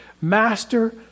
Master